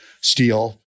steel